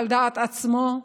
על דעת עצמו,